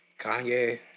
Kanye